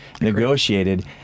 negotiated